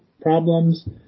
problems